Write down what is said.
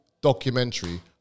Documentary